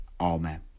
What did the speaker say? Amen